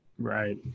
Right